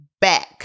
back